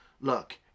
look